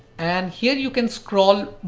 and here you can scroll,